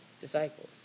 disciples